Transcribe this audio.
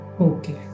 Okay